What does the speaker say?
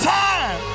time